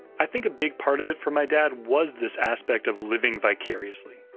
i think a big part of it for my dad was this aspect of living vicariously.